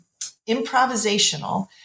improvisational